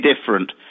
different